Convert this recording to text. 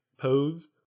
pose